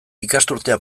ikasturtea